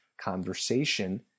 conversation